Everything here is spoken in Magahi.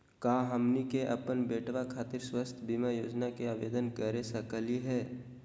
का हमनी के अपन बेटवा खातिर स्वास्थ्य बीमा योजना के आवेदन करे सकली हे?